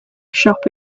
shop